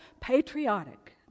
patriotic